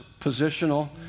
positional